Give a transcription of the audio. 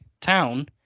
town